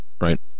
right